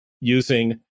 using